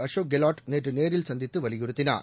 அசோக் கெலாட் நேற்று நேரில் சந்தித்து வலியுறுத்தினார்